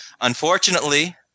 Unfortunately